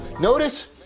Notice